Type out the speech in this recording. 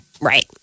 right